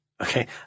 Okay